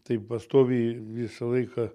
tai pastoviai visą laiką